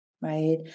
right